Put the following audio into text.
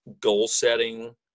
goal-setting